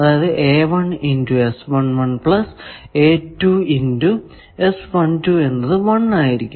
അതായതു n two plus n two എന്നത് 1 ആയിരിക്കും